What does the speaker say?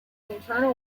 internal